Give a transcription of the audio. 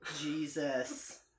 Jesus